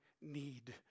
need